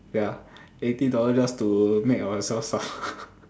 ya eighty dollar just to make ourselves suffer